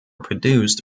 produced